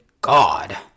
God